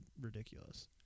ridiculous